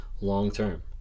long-term